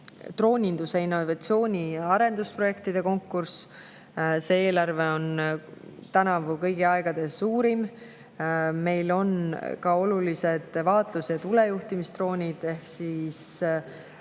drooninduse innovatsiooni arendusprojektide konkurss. See eelarve on tänavu kõigi aegade suurim. Meil on ka olulised vaatlus- ja tulejuhtimisdroonid ehk siis